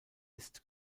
ist